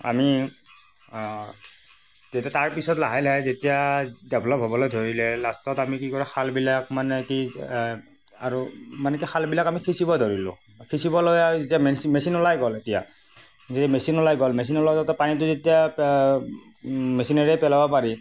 আমি তেতিয়া তাৰ পিছত লাহে লাহে যেতিয়া ডেভলপ হ'বলৈ ধৰিলে লাষ্টত আমি কি কৰোঁ খালবিলাক মানে কি আৰু মানে কি খাল বিলাক আমি সিঁচিব ধৰিলো সিঁচিব লৈ আৰু মেচিন ওলাই গ'ল তেতিয়া যি মেচিন ওলাই গ'ল মেচিন ওলাই পানীটো তেতিয়া মেচিনেৰে পেলাব পাৰি